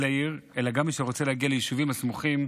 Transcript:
לעיר אלא גם מי שרוצה להגיע אל היישובים הסמוכים,